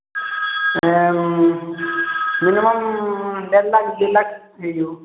minimum ଡେଢ ଲାଖ ଦୁଇ ଲାଖ ହୋଇଯିବ